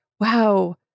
wow